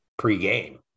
pregame